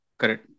correct